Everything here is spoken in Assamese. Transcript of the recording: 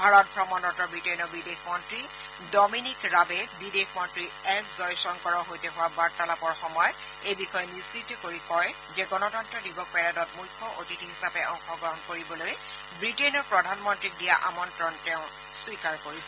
ভাৰত ভ্ৰমণৰত ৱিটেইনৰ বিদেশ মন্ত্ৰী ডমিনীক ৰাবে বিদেশ মন্ত্ৰী এছ জয়শংকৰৰ সৈতে হোৱা বাৰ্তালাপৰ সময়ত এই বিষয়ে নিশ্চিত কৰি কয় যে গণতন্ত্ৰ দিৱস পেৰেডত মূখ্য অতিথি হিচাপে অংশগ্ৰহণ কৰিবলৈ ৱিটেইনৰ প্ৰধানমন্ত্ৰীক দিয়া আমন্ত্ৰণ স্বীকাৰ কৰিছে